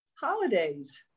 Holidays